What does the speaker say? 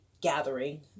gathering